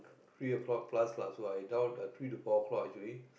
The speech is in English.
three o-clock plus lah so i doubt at three to four o-clock actually